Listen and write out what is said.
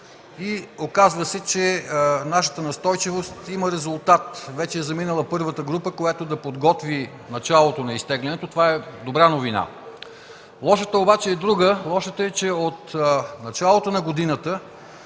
Оказва се, че нашата настойчивост има резултат. Вече е заминала първата група, която да подготви началото на изтеглянето. Това е добра новина. Лошата обаче е друга. Лошата е, че от началото на годината